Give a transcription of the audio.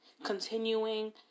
continuing